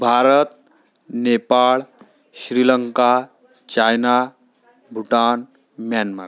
Bharat Nepal Sri Lanka China Bhutan Myanmar